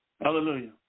Hallelujah